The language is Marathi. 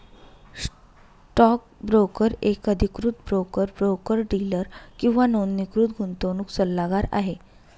स्टॉक ब्रोकर एक अधिकृत ब्रोकर, ब्रोकर डीलर किंवा नोंदणीकृत गुंतवणूक सल्लागार आहे